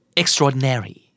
extraordinary